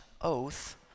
oath